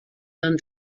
dann